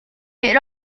mid